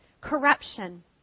corruption